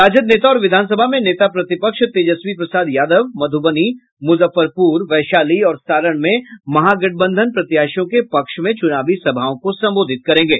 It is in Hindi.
राजद नेता और विधानसभा मे नेता प्रतिपक्ष तेजस्वी प्रसाद यादव मध्रबनी मुजफ्फरपुर वैशाली और सारण में महागठबंधन प्रत्याशियों के पक्ष में चुनावी सभाओं को संबोधित करेंगे